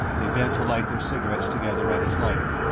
they bent to light their cigarettes together at his lighter.